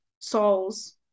souls